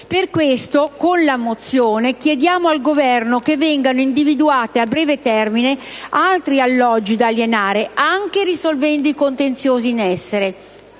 Per questo, con la mozione, chiediamo al Governo che vengano individuati a breve termine altri alloggi da alienare, anche risolvendo i contenziosi in essere.